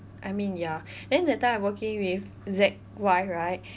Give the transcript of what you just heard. I mean ya then that time I working with Z_Y right